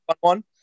one